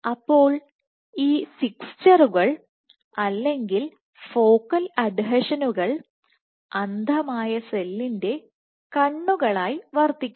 അപ്പോൾ ഈ ഫിക്സ്ചറുകൾ അല്ലെങ്കിൽ ഫോക്കൽ അഡ്ഹെഷനുകൾ അന്ധമായ സെല്ലിന്റെ കണ്ണുകളായി വർത്തിക്കുന്നു